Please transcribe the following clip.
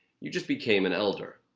you just became an elder.